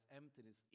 emptiness